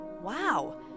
Wow